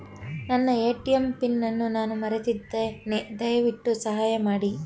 ನನ್ನ ATM pin ಅನ್ನು ನಾನು ಮರೆತಿದ್ದೇನೆ, ದಯವಿಟ್ಟು ಸಹಾಯ ಮಾಡಿ